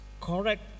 correct